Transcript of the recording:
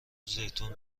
زیتون